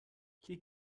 hier